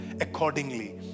accordingly